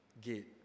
gate